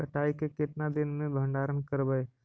कटाई के कितना दिन मे भंडारन करबय?